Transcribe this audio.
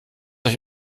euch